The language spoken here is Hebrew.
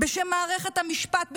בשם מערכת המשפט,